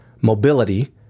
mobility